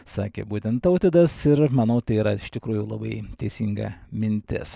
sakė būtent tautvydas ir manau tai yra iš tikrųjų labai teisinga mintis